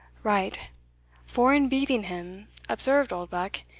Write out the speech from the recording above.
right for, in beating him, observed oldbuck,